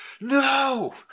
No